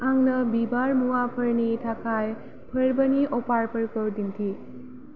आंनो बिबार मुवाफोरनि थाखाय फोरबोनि अफारफोरखौ दिन्थि